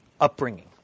upbringing